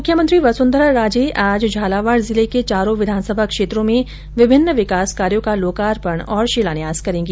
मुख्यमंत्री वसुन्धरा राजे आज झालावाड जिले के चारों विधानसभा क्षेत्रों में विभिन्न विकास कार्यों का लोकार्पण और शिलान्यास करेंगी